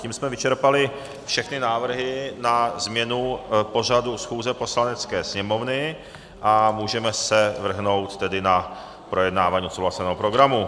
Tím jsme vyčerpali všechny návrhy na změnu pořadu schůze Poslanecké sněmovny a můžeme se vrhnout na projednávání odsouhlaseného programu.